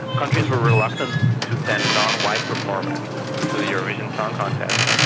countries were reluctant to send non-white performers to the eurovision song contest,